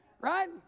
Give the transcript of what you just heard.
right